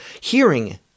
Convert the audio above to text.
hearing